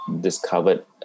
discovered